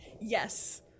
Yes